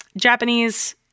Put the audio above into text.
Japanese